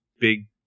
big